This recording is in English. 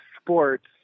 sports